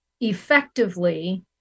effectively